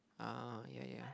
ah ya ya